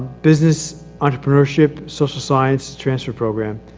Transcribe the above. business entrepreneurship, social science transfer program.